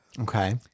Okay